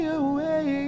away